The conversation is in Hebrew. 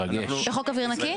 בחוק אוויר נקי?